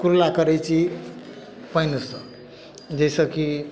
कुल्ला करै छी पानिसॅं जाहि सऽ की